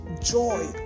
joy